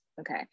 Okay